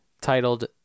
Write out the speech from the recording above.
titled